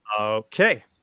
Okay